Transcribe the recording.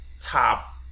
top